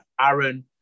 Aaron